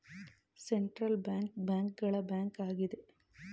central bank bank ಗಳ bank ಆಗಿದೆ